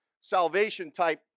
salvation-type